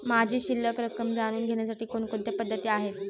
माझी शिल्लक रक्कम जाणून घेण्यासाठी कोणकोणत्या पद्धती आहेत?